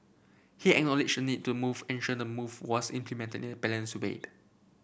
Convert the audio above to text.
he acknowledged the need to move ensure the move was implemented balanced way